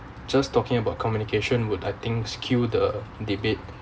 just talking about communication would I think skew the debate